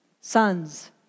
Sons